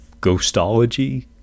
ghostology